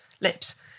lips